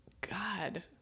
God